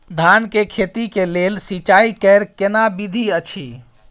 धान के खेती के लेल सिंचाई कैर केना विधी अछि?